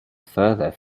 further